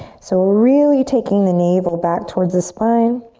so we're really taking the navel back towards the spine